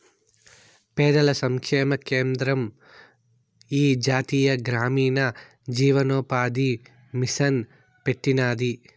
పేదల సంక్షేమ కేంద్రం ఈ జాతీయ గ్రామీణ జీవనోపాది మిసన్ పెట్టినాది